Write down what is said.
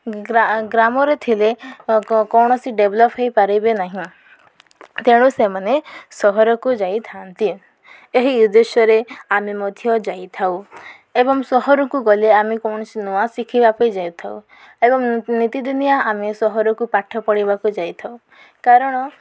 ଗ୍ରାମରେ ଥିଲେ କୌଣସି ଡେଭ୍ଲପ୍ ହୋଇପାରିବ ନାହିଁ ତେଣୁ ସେମାନେ ସହରକୁ ଯାଇଥାନ୍ତି ଏହି ଉଦ୍ଦେଶ୍ୟରେ ଆମେ ମଧ୍ୟ ଯାଇଥାଉ ଏବଂ ସହରକୁ ଗଲେ ଆମେ କୌଣସି ନୂଆ ଶିଖିବା ପାଇଁ ଯାଇଥାଉ ଏବଂ ନୀତିଦିନିଆ ଆମେ ସହରକୁ ପାଠ ପଢ଼ିବାକୁ ଯାଇଥାଉ କାରଣ